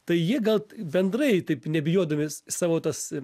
tai jie gal bendrai taip nebijodami savo tas